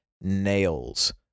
nails